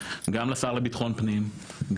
גם לשר לביטחון פנים,